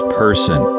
person